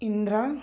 Indira